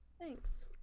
Thanks